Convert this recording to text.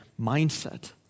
mindset